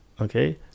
Okay